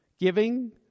Giving